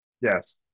yes